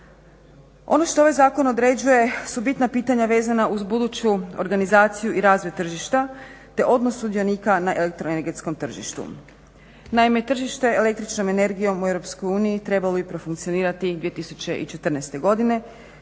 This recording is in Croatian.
Ono što ovaj zakon određuje su bitna pitanja vezana uz buduću organizaciju i razvoj tržišta te odnos sudionika na elektroenergetskom tržištu. Naime, tržište električnom energijom u EU trebalo bi profunkcionirati 2014. godine